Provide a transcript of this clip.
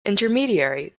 intermediary